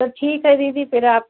तो ठीक है दीदी फिर आप